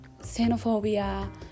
xenophobia